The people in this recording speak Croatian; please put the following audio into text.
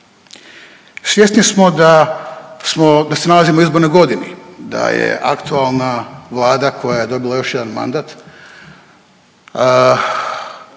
Svjesni smo da smo, da se nalazimo u izbornoj godini, da je aktualna Vlada koja je dobila još jedan mandat,